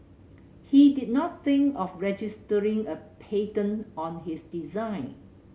he did not think of registering a patent on his design